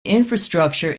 infrastructure